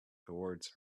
towards